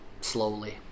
slowly